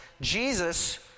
Jesus